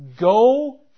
go